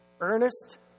Earnest